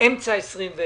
אמצע 2021,